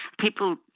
people